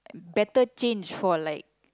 better change for like